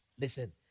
Listen